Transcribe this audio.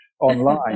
online